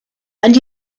and